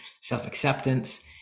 self-acceptance